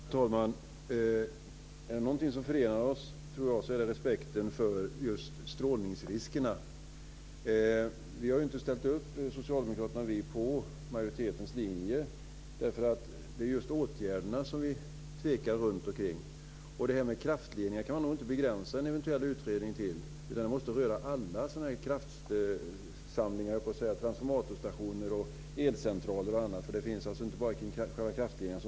Herr talman! Är det någonting som förenar oss så tror jag att det är respekten för just strålningsriskerna. Socialdemokraterna och vi har ju inte ställt upp på majoritetens linje därför att det är just i fråga om åtgärderna som vi tvekar. Och man kan nog inte begränsa en utredning till bara kraftledningar, utan en sådan måste röra transformatorstationer, elcentraler och annat, eftersom strålning inte bara finns runt själva kraftledningarna.